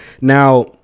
Now